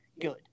good